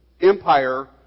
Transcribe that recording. empire